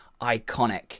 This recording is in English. iconic